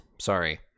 sorry